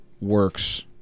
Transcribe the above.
works